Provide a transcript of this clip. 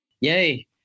Yay